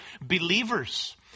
believers